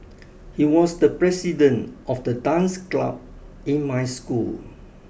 he was the president of the dance club in my school